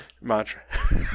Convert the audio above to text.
mantra